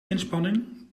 inspanning